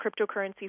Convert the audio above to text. cryptocurrency